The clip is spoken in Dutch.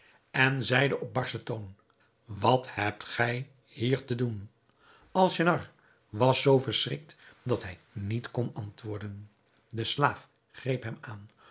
en zeide op barschen toon wat hebt gij hier te doen alnaschar was zoo verschrikt dat hij niet kon antwoorden de slaaf greep hem aan